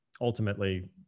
ultimately